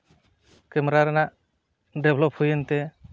camera ᱨᱮᱱᱟᱜ develop ᱦᱩᱭᱮᱱ ᱛᱮ